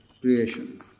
creation